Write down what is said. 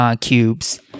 cubes